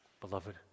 beloved